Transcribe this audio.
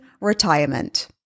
retirement